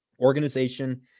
organization